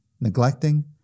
neglecting